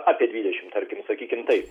apie dvidešim tarkim sakykim taip